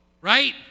right